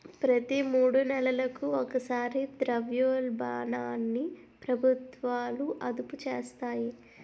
ప్రతి మూడు నెలలకు ఒకసారి ద్రవ్యోల్బణాన్ని ప్రభుత్వాలు అదుపు చేస్తాయి